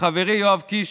לחברי יואב קיש,